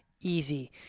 easy